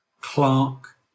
Clark